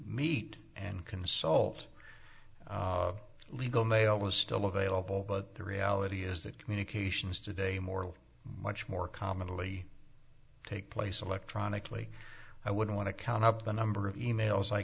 meet and consult legal mail is still available but the reality is that communications today more much more commonly take place electronically i would want to count up the number of e mails i